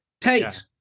Tate